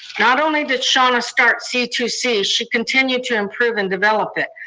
not only did shauna start c two c, she continued to improve and develop it.